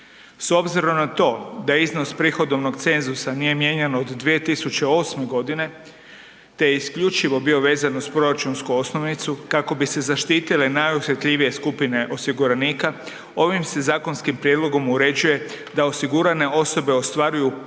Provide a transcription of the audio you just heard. S obzirom na to da je iznos prihodovnog cenzusa nije mijenjan od 2008. g. te je isključivo bio vezan uz proračunsku osnovicu kako bi se zaštitile najosjetljivije skupine osiguranika, ovim se zakonskim prijedlogom uređuje da osigurane osobe ostvaruju pravo